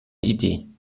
idee